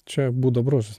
čia būdo bruožas